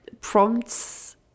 prompts